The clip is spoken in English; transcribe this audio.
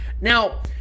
Now